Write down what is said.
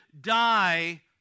die